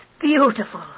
Beautiful